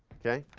okay?